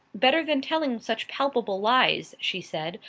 better than telling such palpable lies, she said.